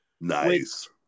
nice